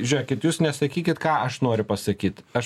žiūrėkit jūs nesakykit ką aš noriu pasakyt aš